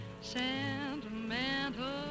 Sentimental